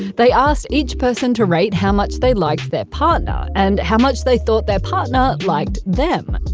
they asked each person to rate how much they liked their partner and how much they thought their partner liked them.